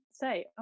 say